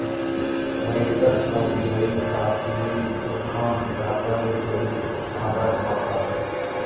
ರೈತರ್ ತಮ್ ಬೆಳಿ ಖಾಸಗಿ ದುಖಾನ್ ವ್ಯಾಪಾರಿಗೊಳಿಗ್ ಮಾರಾಟ್ ಮಾಡ್ತಾರ್